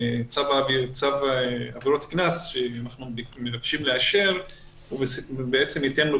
וצו עבירות הקנס שאנחנו מבקשים לאשר ייתן לו